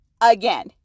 again